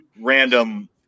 random